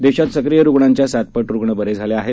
देशात सक्रिय रुग्णांच्या सातपट रुग्ण बरे झाले आहेत